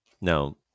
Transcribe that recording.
Now